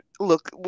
Look